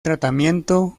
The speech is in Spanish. tratamiento